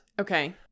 Okay